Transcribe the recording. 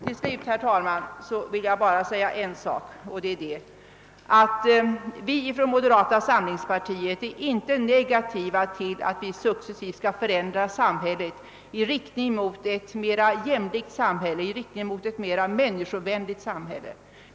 Till slut, herr talman, vill jag bara säga en sak, och det är att vi från moderata samlingspartiet inte är negativt inställda till att vi successivt skall förändra samhället i riktning mot ett mera jämlikt samhälle, i riktning mot ett mera människovänligt samhälle.